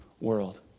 world